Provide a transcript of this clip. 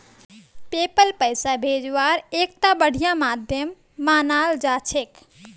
PayPal पैसा भेजवार एकता बढ़िया माध्यम मानाल जा छेक